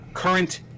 current